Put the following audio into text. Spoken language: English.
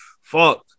fuck